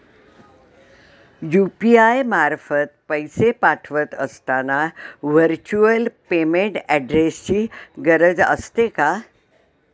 UPI मार्फत पैसे पाठवत असताना व्हर्च्युअल पेमेंट ऍड्रेसची गरज असते का?